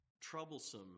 troublesome